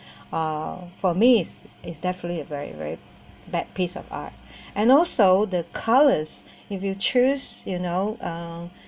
uh for me is definitely a very very bad piece of art and also the colours if you choose you know uh